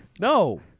no